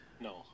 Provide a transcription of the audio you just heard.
No